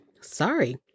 sorry